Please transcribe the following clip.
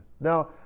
Now